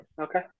okay